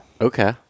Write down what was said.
Okay